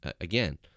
again